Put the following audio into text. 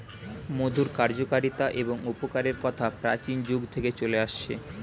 মধুর কার্যকারিতা এবং উপকারের কথা প্রাচীন যুগ থেকে চলে আসছে